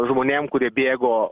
žmonėm kurie bėgo